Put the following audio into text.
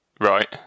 Right